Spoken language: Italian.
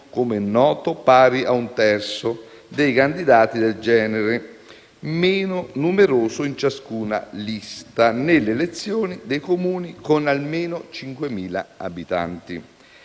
com'è noto, pari a un terzo dei candidati del genere meno numeroso in ciascuna lista nelle elezioni dei Comuni con almeno 5.000 abitanti.